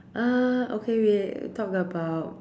uh okay we talk about